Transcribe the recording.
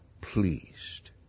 pleased